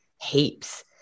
heaps